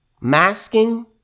Masking